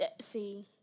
See